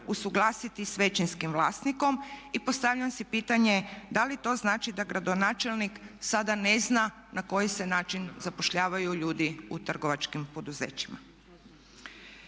usuglasiti sa većinskim vlasnikom. I postavljam si pitanje da li to znači da gradonačelnik sada ne zna na koji se način zapošljavaju ljudi u trgovačkim poduzećima.